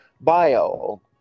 bio